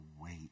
wait